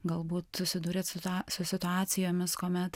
galbūt susidūrėt su situacijomis kuomet